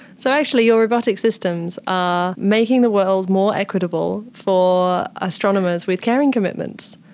so actually your robotic systems are making the world more equitable for astronomers with caring commitments.